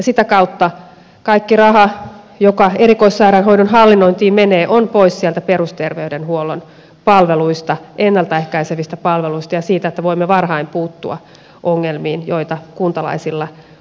sitä kautta kaikki raha joka erikoissairaanhoidon hallinnointiin menee on pois sieltä perusterveydenhuollon palveluista ennalta ehkäisevistä palveluista ja siitä että voimme varhain puuttua ongelmiin joita kuntalaisilla on